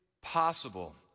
possible